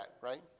right